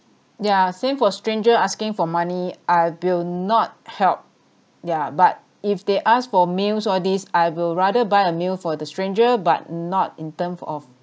yeah same for stranger asking for money I will not help yeah but if they ask for meals all this I will rather buy a meal for the stranger but not in terms of